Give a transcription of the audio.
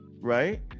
Right